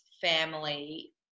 family